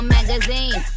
Magazine